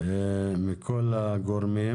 ששמענו את כל הגורמים,